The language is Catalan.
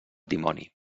dimoni